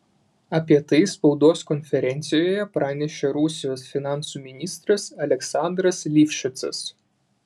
apie tai spaudos konferencijoje pranešė rusijos finansų ministras aleksandras livšicas